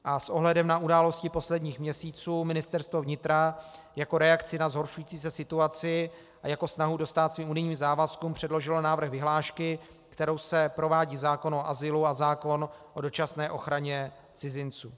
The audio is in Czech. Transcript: S ohledem na události posledních měsíců Ministerstvo vnitra jako reakci na zhoršující se situaci a jako snahu dostát svým unijním závazkům předložilo návrh vyhlášky, kterou se provádí zákon o azylu a zákon o dočasné ochraně cizinců.